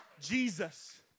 Jesus